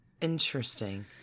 interesting